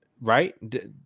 right